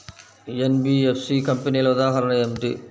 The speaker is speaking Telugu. ఎన్.బీ.ఎఫ్.సి కంపెనీల ఉదాహరణ ఏమిటి?